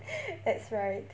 that's right